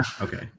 Okay